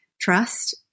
trust